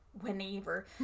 whenever